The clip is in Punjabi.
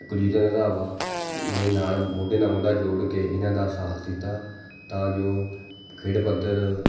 ਕੁਲਜੀਤ ਰੰਧਾਵਾ ਇਹਨਾਂ ਨਾਲ ਮੋਢੇ ਨਾਲ ਮੋਢਾ ਜੋੜ ਕੇ ਇਹਨਾਂ ਦਾ ਸਾਥ ਦਿੱਤਾ ਤਾਂ ਜੋ ਖੇਡ ਪੱਧਰ